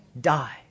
die